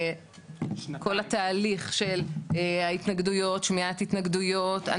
כל התהליך של ההתנגדויות שמיעת התנגדויות,